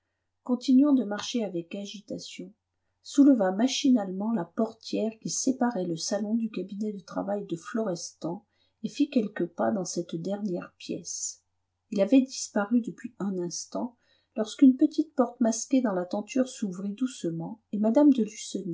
continuant de marcher avec agitation souleva machinalement la portière qui séparait le salon du cabinet de travail de florestan et fit quelques pas dans cette dernière pièce il avait disparu depuis un instant lorsqu'une petite porte masquée dans la tenture s'ouvrit doucement et mme de